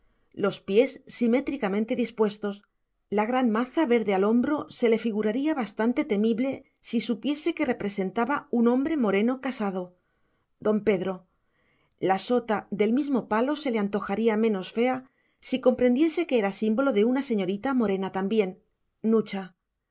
los pies simétricamente dispuestos la gran maza verde al hombro se le figuraría bastante temible si supiese que representaba un hombre moreno casado don pedro la sota del mismo palo se le antojaría menos fea si comprendiese que era símbolo de una señorita morena